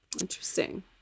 Interesting